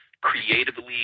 creatively